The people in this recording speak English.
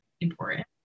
important